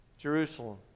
Jerusalem